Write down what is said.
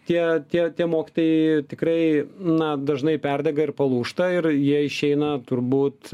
tie tie tie mokytojai tikrai na dažnai perdega ir palūžta ir jie išeina turbūt